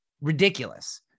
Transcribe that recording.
ridiculous